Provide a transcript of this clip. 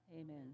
Amen